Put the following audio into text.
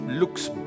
Looks